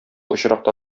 очракта